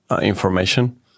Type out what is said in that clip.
information